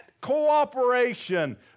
cooperation